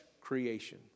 creation